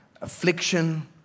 affliction